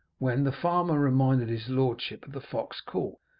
when the farmer reminded his lordship of the fox caught.